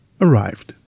arrived